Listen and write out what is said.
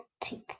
take